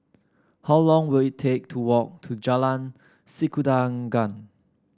how long will it take to walk to Jalan Sikudangan